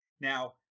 Now